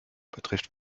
betrifft